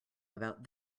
about